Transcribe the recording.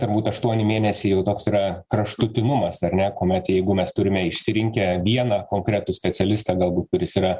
turbūt aštuoni mėnesiai jau toks yra kraštutinumas ar ne kuomet jeigu mes turime išsirinkę vieną konkretų specialistą galbūt kuris yra